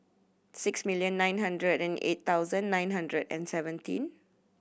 six million nine hundred and eight thousand nine hundred and seventy